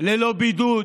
ללא בידוד.